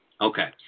Okay